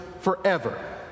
forever